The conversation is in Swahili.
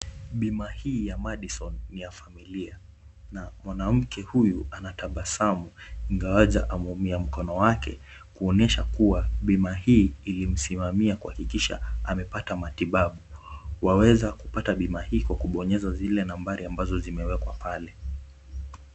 Bima hii ya Madison ni ya familia na mwanamke huyu anatabasamu ingawaje ameumia mkono wake, kuonyesha kuwa bima hii ilimsimamia kuhakikisha amepata matibabu. Waweza kupata bima hii kwa kubonyeza zile nambari ambazo zimewekwa pale.